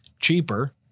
Cheaper